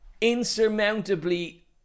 insurmountably